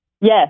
Yes